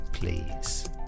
please